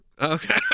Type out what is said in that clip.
Okay